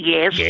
Yes